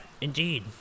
indeed